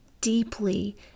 deeply